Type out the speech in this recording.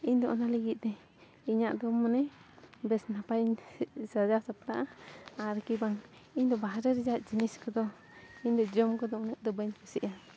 ᱤᱧᱫᱚ ᱚᱱᱟ ᱞᱟᱹᱜᱤᱫᱼᱛᱮ ᱤᱧᱟᱹᱜ ᱫᱚ ᱢᱟᱱᱮ ᱵᱮᱥ ᱱᱟᱯᱟᱭᱤᱧ ᱥᱟᱡᱟᱣ ᱥᱟᱯᱲᱟᱜᱼᱟ ᱟᱨᱠᱤ ᱵᱟᱝ ᱤᱧᱫᱚ ᱵᱟᱦᱨᱮ ᱨᱮᱭᱟᱜ ᱡᱤᱱᱤᱥ ᱠᱚᱫᱚ ᱤᱧᱫᱚ ᱡᱚᱢ ᱠᱚᱫᱚ ᱩᱱᱟᱹᱜ ᱫᱚ ᱵᱟᱹᱧ ᱠᱩᱥᱤᱭᱟᱜᱼᱟ